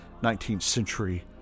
19th-century